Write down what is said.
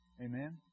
Amen